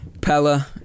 Pella